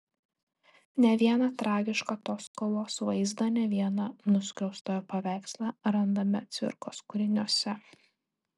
ne vieną tragišką tos kovos vaizdą ne vieną nuskriaustojo paveikslą randame cvirkos kūriniuose